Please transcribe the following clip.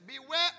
beware